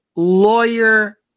Lawyer